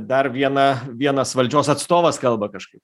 dar viena vienas valdžios atstovas kalba kažkaip